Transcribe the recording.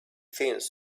things